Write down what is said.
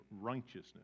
righteousness